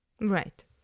Right